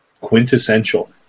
quintessential